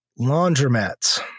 laundromats